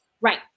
Right